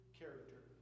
character